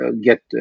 get